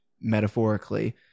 metaphorically